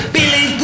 Billy